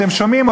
אתם שומעים?